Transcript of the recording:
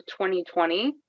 2020